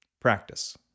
Practice